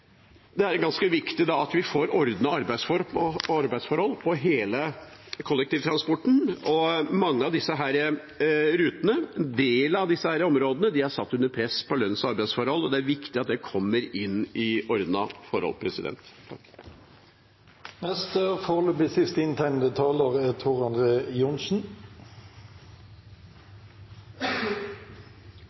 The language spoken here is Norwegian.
Det er ganske viktig at vi får ordnede arbeidsforhold for hele kollektivtransporten, og mange av disse rutene og en del av disse områdene er satt under press på lønns- og arbeidsforhold, og det er viktig at det kommer inn i ordnede former. Jeg må jo si det er